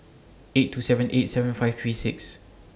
eight two seven eight seven five three six